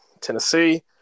Tennessee